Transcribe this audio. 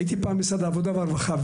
הייתי במשרד העבודה והרווחה,